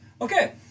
Okay